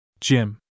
Jim